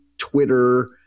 Twitter